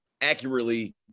accurately